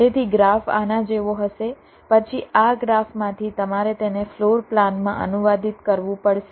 તેથી ગ્રાફ આના જેવો હશે પછી આ ગ્રાફમાંથી તમારે તેને ફ્લોર પ્લાનમાં અનુવાદિત કરવું પડશે